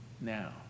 now